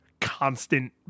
constant